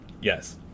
Yes